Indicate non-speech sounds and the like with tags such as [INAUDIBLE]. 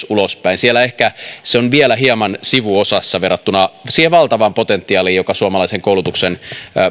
[UNINTELLIGIBLE] ulospäin siellä se on ehkä vielä hieman sivuosassa verrattuna siihen valtavaan potentiaaliin joka suomalaisen koulutuksen